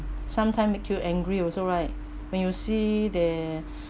sometime make you angry also right when you see they